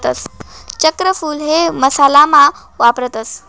चक्रफूल हे मसाला मा वापरतस